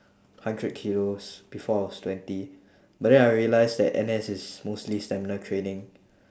hundred kilos before I was twenty but then I realised that N_S is mostly stamina training